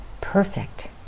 perfect